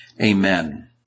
Amen